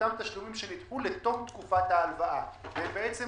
אותם תשלומים שנדחו לתוך תקופת ההלוואה ובעצם